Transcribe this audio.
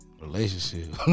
Relationship